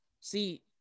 See